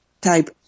type